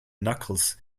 knuckles